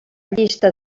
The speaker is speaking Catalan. llista